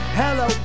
hello